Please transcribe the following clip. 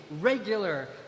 regular